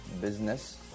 Business